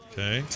Okay